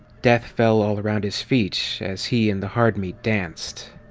death fell all around his feet as he and the hard meat danced.